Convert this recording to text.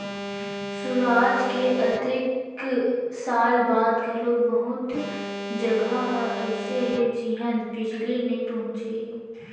सुराज के अतेक साल बाद घलोक बहुत जघा ह अइसे हे जिहां बिजली नइ पहुंचे हे